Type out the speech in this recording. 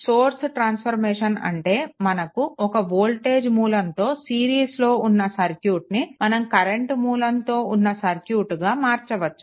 source transformation అంటే మనకు ఒక వోల్టేజ్ మూలంతో సిరీస్లో ఉన్న సర్క్యూట్ని మనం కరెంట్ మూలం తో ఉన్న సర్క్యూట్గా మార్చవచ్చు